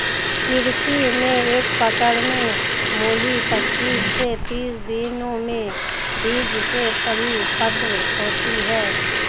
कृषि में एक पकड़ में मूली पचीस से तीस दिनों में बीज से परिपक्व होती है